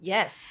Yes